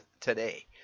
today